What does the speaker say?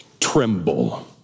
tremble